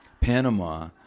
panama